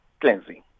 cleansing